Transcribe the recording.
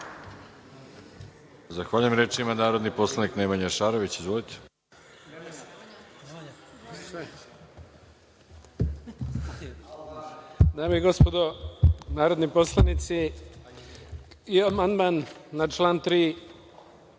Zahvaljujem. Reč ima narodni poslanik Nemanja Šarović. Izvolite.